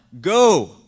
go